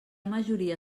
majoria